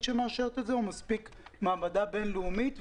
שמאשרת את זה או מספיקה מעבדה בינלאומית?